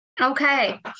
Okay